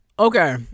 Okay